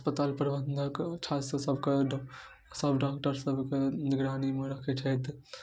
अस्पताल प्रबन्धक अच्छासँ सभके सब डॉक्टरसभ ओकरा निगरानीमे रखै छथि